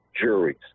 Juries